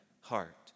heart